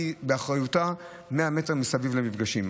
ובאחריותה 100 מטר מסביב למפגשים.